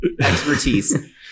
expertise